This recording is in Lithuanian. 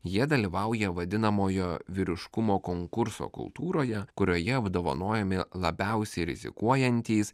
jie dalyvauja vadinamojo vyriškumo konkurso kultūroje kurioje apdovanojami labiausiai rizikuojantys